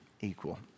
equal